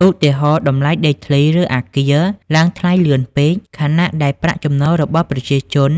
ឧទាហរណ៍ តម្លៃដីធ្លី ឬអគារឡើងថ្លៃលឿនពេក ខណៈដែលប្រាក់ចំណូលរបស់ប្រជាជន